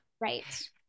Right